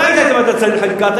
אתה היית בוועדת שרים לחקיקה,